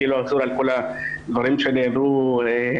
אני לא אחזור על הדברים שנאמרו לפניי.